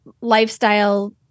lifestyle